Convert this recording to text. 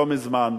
לא מזמן,